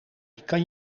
kan